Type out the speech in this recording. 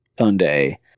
Sunday